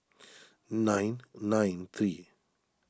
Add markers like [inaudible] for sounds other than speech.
[noise] nine nine three